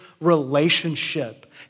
relationship